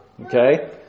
okay